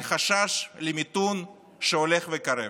על חשש למיתון שהולך וקרב.